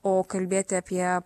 o kalbėti apie